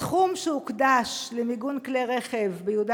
הסכום שהוקדש למיגון כלי רכב ביהודה